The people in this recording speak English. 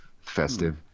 Festive